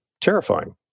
terrifying